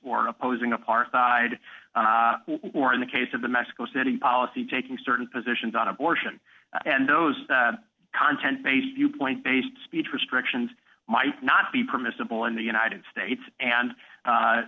or opposing apartheid or in the case of the mexico city policy taking certain positions on abortion and those content based viewpoint based speech restrictions might not be permissible in the united states and